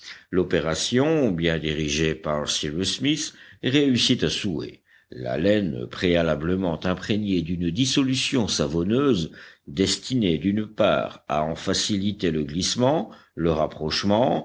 l'opération bien dirigée par cyrus smith réussit à souhait la laine préalablement imprégnée d'une dissolution savonneuse destinée d'une part à en faciliter le glissement le rapprochement